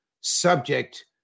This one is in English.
subject